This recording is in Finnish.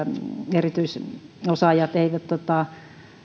erityisosaajat eivät